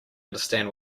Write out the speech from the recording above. understand